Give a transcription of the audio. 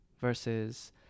versus